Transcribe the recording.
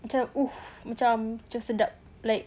macam !oof! macam sedap like